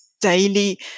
daily